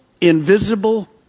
invisible